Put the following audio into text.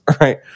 right